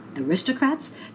aristocrats